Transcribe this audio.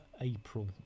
April